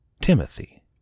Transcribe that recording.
Timothy